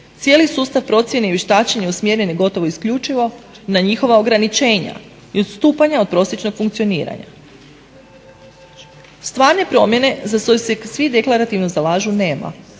cijeli sustav procjeni vještačenje usmjerene gotovo isključivo na njihova ograničenja i odstupanja od prosječnog funkcioniranja. Stvarne promjene za koju se svi deklarativno zalažu nema.